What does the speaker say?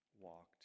walked